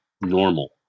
normal